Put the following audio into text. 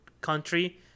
country